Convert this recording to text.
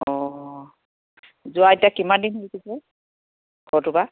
অঁ যোৱা এতিয়া কিমান দিন হৈ গৈছে ঘৰটোৰ পৰা